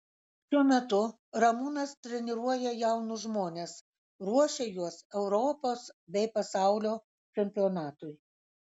šiuo metu ramūnas treniruoja jaunus žmones ruošia juos europos bei pasaulio čempionatui